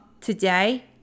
today